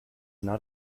not